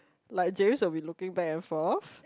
like Jayes will be looking back and forth